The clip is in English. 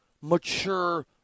mature